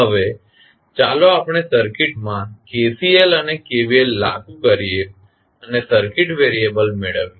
હવે ચાલો આપણે સર્કિટમાં KCL અને KVL લાગુ કરીએ અને સર્કિટ વેરીએબલ મેળવીએ